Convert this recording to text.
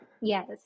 yes